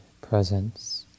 presence